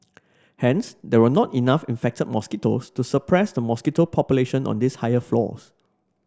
hence there were not enough infected mosquitoes to suppress the mosquito population on these higher floors